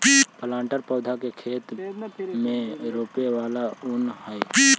planter पौधा के खेत में रोपे वाला यन्त्र हई